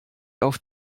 auf